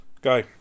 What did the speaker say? Go